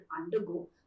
undergo